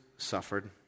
suffered